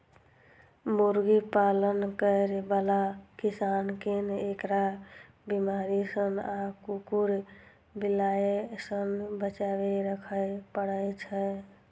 मुर्गी पालन करै बला किसान कें एकरा बीमारी सं आ कुकुर, बिलाय सं बचाके राखै पड़ै छै